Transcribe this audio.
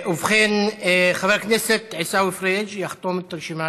ובכן, חבר הכנסת עיסאווי פריג' יחתום את רשימת